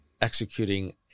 executing